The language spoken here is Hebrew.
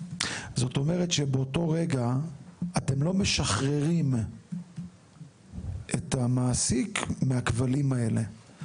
זאת אומרת שבאותו רגע אתם לא משחררים את המעסיק מהכבלים האלו,